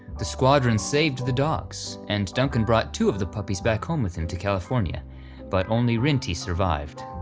the squadron saved the dogs, and duncan brought two of the puppies back home with him to california but only rinty survived.